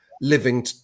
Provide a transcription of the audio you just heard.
living